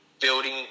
Building